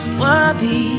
worthy